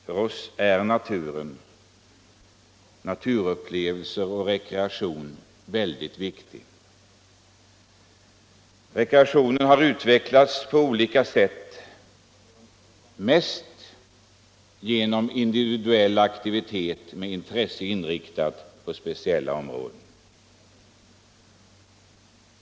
För oss är naturen, naturupplevelser och rekreation något väldigt viktigt. Rekreationen har utvecklats på olika sätt, mest genom individuell aktivitet med intresset inriktat på speciella områden.